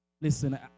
Listen